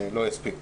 לא יספיק.